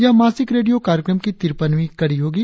यह मासिक रेडियो कार्यक्रम की तिरपनवीं कड़ी होगी